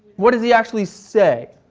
what does he actually say?